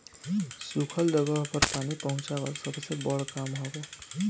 सुखल जगह पर पानी पहुंचवाल सबसे बड़ काम हवे